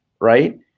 right